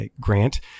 Grant